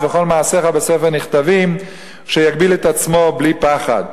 וכל מעשיך בספר נכתבים שיגביל את עצמו בלי פחד,